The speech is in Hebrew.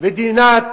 מדינת